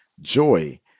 joy